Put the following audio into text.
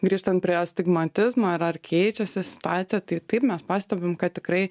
grįžtant prie astigmatizmo ir ar keičiasi situacija tai taip mes pastebim kad tikrai